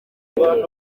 uriya